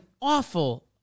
awful